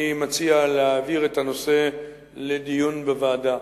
אני מציע להעביר את הנושא לדיון בוועדה.